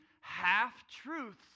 half-truths